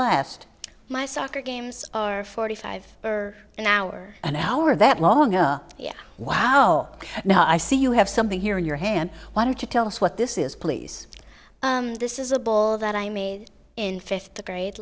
last my soccer games are forty five for an hour an hour that long are wow now i see you have something here in your hand why don't you tell us what this is please this is a ball that i made in fifth grade